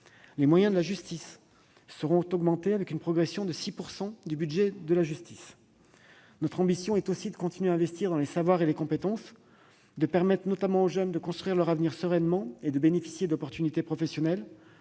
Les moyens de la justice seront augmentés, grâce à une progression de son budget de 6 %. Notre ambition est aussi de continuer à investir dans les savoirs et les compétences. Notre action doit notamment permettre aux jeunes de construire leur avenir sereinement et de bénéficier d'opportunités professionnelles,